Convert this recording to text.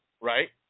right